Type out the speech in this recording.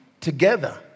together